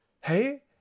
Hey